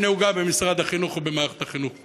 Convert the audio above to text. שנהוגה במשרד החינוך ובמערכת החינוך כולה.